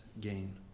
gain